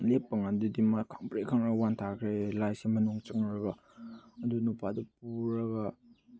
ꯂꯦꯞꯄꯀꯥꯟꯗꯗꯤ ꯃꯥ ꯈꯪꯄ꯭ꯔꯦꯛ ꯈꯪꯉꯒ ꯋꯥꯟꯊꯈ꯭ꯔꯦ ꯍꯥꯏꯌꯦ ꯂꯥꯏꯁꯦ ꯃꯅꯨꯡ ꯆꯪꯂꯒ ꯑꯗꯨ ꯅꯨꯄꯥꯗꯨ ꯄꯨꯔꯒ